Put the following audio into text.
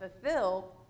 fulfill